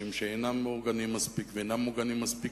שאינם מאורגנים מספיק ואינם מוגנים מספיק.